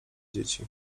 dzieci